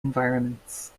environments